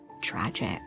tragic